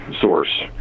source